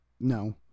No